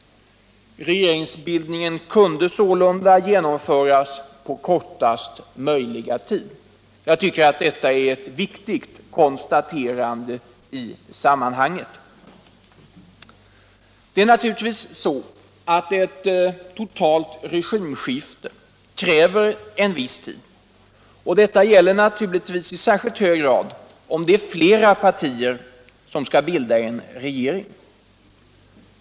Regeringsbildningen kunde sålunda genomföras på kortast möjliga tid. Detta är ett viktigt konstaterande. Det är naturligt att ett totalt regimskifte kräver en viss tid, och detta gäller givetvis i särskilt hög grad om flera partier skall bilda en regering.